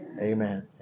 Amen